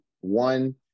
one